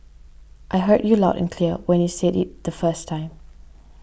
I heard you loud and clear when you said it the first time